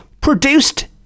produced